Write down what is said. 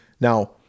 Now